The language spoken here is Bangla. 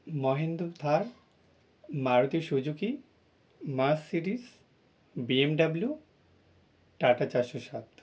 Mahindra Thar Maruti Suzuki Mercedes BMW Tata চারশো সাথ